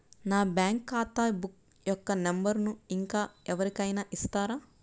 నా బ్యాంక్ ఖాతా బుక్ యొక్క నంబరును ఇంకా ఎవరి కైనా ఇస్తారా?